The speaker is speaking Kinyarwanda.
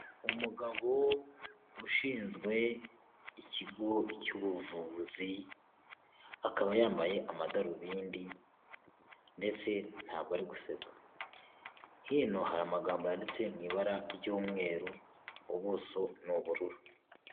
Umugabo ushinzwe ikigo cy'ubuvuzi, akaba yambaye amadarubindi ndetse ntabwo ari guseka. Hino hari amagambo yanditse mu ibara ry'umweru, ubuso ni ubururu.